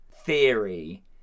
theory